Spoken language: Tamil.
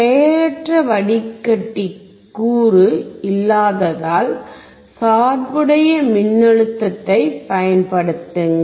செயலற்ற வடிகட்டிக்குகூறு இல்லாததால் சார்புடைய மின்னழுத்தத்தைப் பயன்படுத்துங்கள்